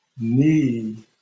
need